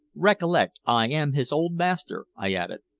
recollect, i am his old master, i added.